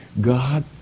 God